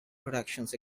productions